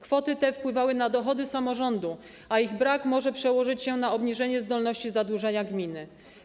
Kwoty te wpływały na dochody samorządu, a ich brak może przełożyć się na obniżenie zdolności zadłużania gminy.